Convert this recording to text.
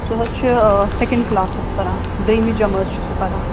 سُہ حظ چھِ سیٚکنٛڈ کٕلاسَس پَران دٔہمہِ جمٲژ چھُ سُہ پَران